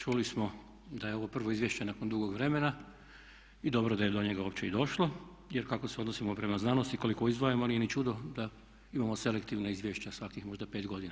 Čuli smo da je ovo prvo izvješće nakon dugog vremena i dobro da je do njega uopće i došlo jer kako se odnosimo prema znanosti, koliko izdvajamo nije ni čudo da imamo selektivna izvješća svakih možda 5 godina.